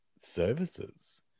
services